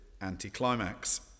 anticlimax